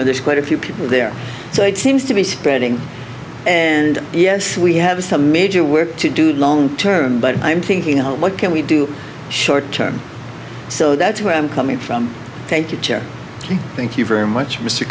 know there's quite a few people there so it seems to be spreading and yes we have some major work to do long term but i'm thinking what can we do short term so that's where i'm coming from thank you thank you very much mr